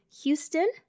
Houston